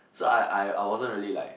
so I I wasn't really like